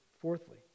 Fourthly